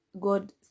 god